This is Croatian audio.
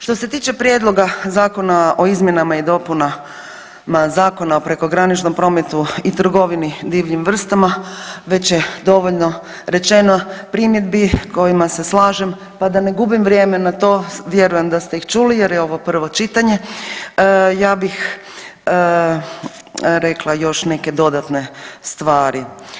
Što se tiče prijedloga Zakona o izmjenama i dopunama Zakona o prekograničnom prometu i trgovini divljim vrstama već je dovoljno rečeno primjedbi s kojima se slažem pa da ne gubim vrijeme na to, vjerujem da ste ih čuli jer je ovo prvo čitanje ja bih rekla još neke dodatne stvari.